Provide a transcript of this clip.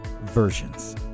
versions